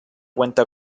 cuenta